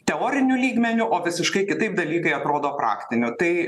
teoriniu lygmeniu o visiškai kitaip dalykai atrodo praktiniu tai